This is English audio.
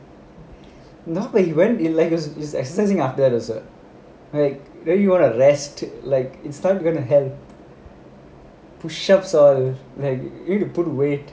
not when he went in legacy is assessing after dessert like don't you want to rest like it's time you gonna all you need to put weight